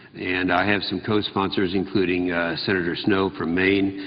and i have some cosponsors, including senator snowe from maine.